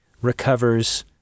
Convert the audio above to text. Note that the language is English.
recovers